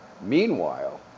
Meanwhile